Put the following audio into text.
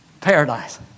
paradise